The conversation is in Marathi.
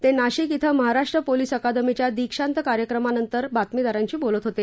ते नाशिक शिं महाराष्ट्र पोलीस अकादमीच्या दीक्षांत कार्यक्रमानंतर बातमीदारांशी बोलत होते